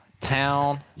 town